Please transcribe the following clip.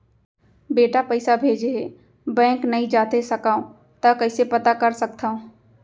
बेटा पइसा भेजे हे, बैंक नई जाथे सकंव त कइसे पता कर सकथव?